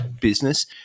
business